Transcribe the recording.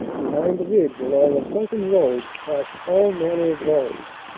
behind the ridge, along a sunken road, passed all manner of lorries,